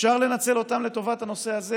אפשר לנצל אותם לטובת הנושא הזה.